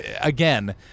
Again